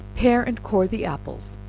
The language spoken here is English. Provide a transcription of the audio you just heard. pare and core the apples,